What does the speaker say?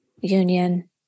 Union